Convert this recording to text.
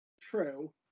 True